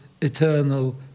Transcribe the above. eternal